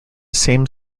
same